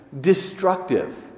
destructive